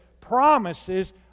promises